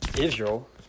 Israel